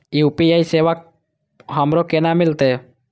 UPI सेवा हमरो केना मिलते?